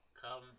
Come